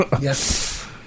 yes